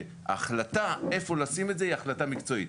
החוק עשה שההחלטה איפה לשים את זה היא החלטה מקצועית.